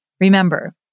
Remember